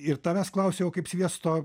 ir tavęs klausiu jau kaip sviesto